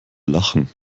lachen